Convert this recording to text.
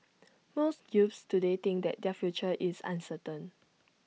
most youths today think that their future is uncertain